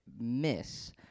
miss